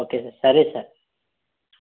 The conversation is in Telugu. ఓకే సార్ సరే సార్